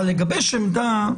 לגבש עמדה,